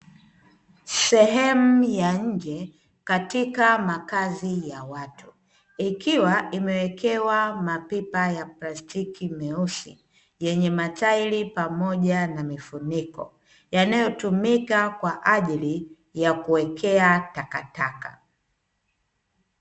Sehemu ya nje katika makazi ya watu ikiwa imewekewa mapipa ya plastiki meusi yenye matairi pamoja na mifuniko, yanayotumika kwa ajili ya kuwekea takataka.